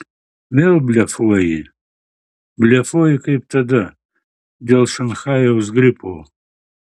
vėl blefuoji blefuoji kaip tada dėl šanchajaus gripo